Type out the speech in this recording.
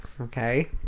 okay